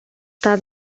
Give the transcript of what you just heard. eta